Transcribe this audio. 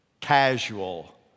casual